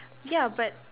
ya but